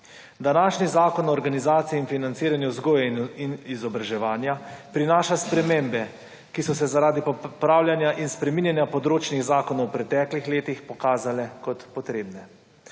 Današnji Zakon o organizaciji in financiranju vzgoje in izobraževanja prinaša spremembe, ki so se, zaradi popravljanja in spreminjanja področnih zakonov v preteklih letih pokazale kot potrebne.